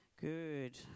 Good